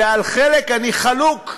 ועל חלק אני חלוק,